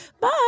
bye